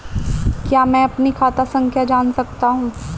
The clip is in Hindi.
क्या मैं अपनी खाता संख्या जान सकता हूँ?